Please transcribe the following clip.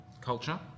culture